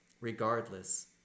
regardless